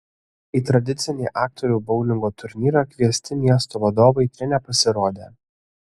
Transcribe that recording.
į tradicinį aktorių boulingo turnyrą kviesti miesto vadovai čia nepasirodė